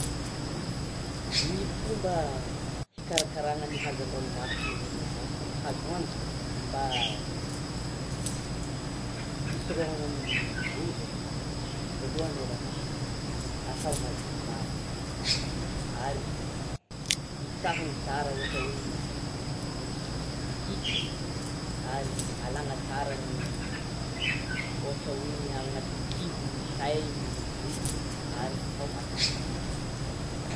Ny fomba hikarakarana ny hazan-dranomasiny amin'ny fomba azo antoka mba hisorohana ny loza, voalohany aloha atao madio tsara, ary hisahina tsara ohatra hoe: misy hisiny ary alana tsara ny ohatra hoe anatin'ny kibony ny tainy diovina; ary atao masaka tsara.